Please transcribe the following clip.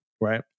right